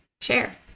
share